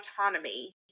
autonomy